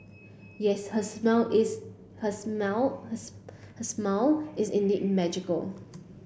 yes her smile is her smile her smile indeed magical